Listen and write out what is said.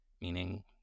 Meaning